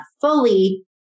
fully